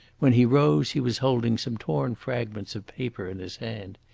when he rose he was holding some torn fragments of paper in his hand.